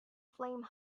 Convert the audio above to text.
flame